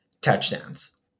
touchdowns